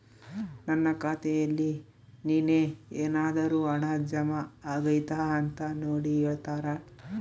ನನ್ನ ಖಾತೆಯಲ್ಲಿ ನಿನ್ನೆ ಏನಾದರೂ ಹಣ ಜಮಾ ಆಗೈತಾ ಅಂತ ನೋಡಿ ಹೇಳ್ತೇರಾ?